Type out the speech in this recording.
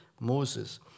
Moses